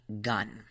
gun